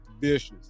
vicious